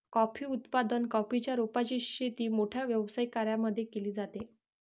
coffee उत्पादन, coffee च्या रोपांची शेती मोठ्या व्यावसायिक कर्यांमध्ये केली जाते